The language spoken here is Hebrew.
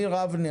ניר אבני,